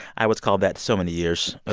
i was called that so many years.